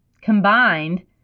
Combined